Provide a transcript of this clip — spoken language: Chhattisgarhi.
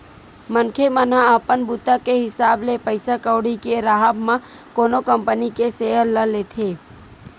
मनखे मन ह अपन बूता के हिसाब ले पइसा कउड़ी के राहब म कोनो कंपनी के सेयर ल लेथे